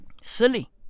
Silly